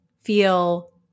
feel